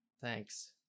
Thanks